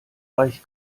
reich